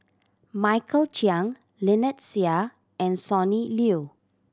Michael Chiang Lynnette Seah and Sonny Liew